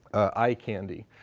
eye candy.